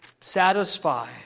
satisfy